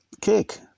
cake